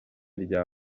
rya